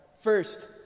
First